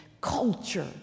culture